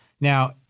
Now